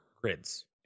grids